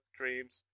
Dreams